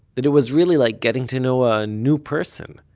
that it was really like getting to know a new person.